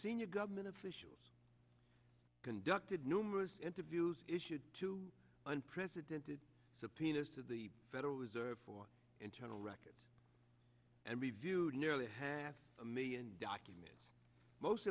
senior government officials conducted numerous interviews issued to unprecedented subpoenas to the federal reserve for internal records and reviewed nearly half a million documents most